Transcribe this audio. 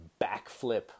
backflip